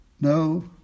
no